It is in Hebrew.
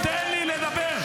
תשתוק ותיתן לי לדבר.